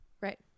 right